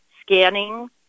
scanning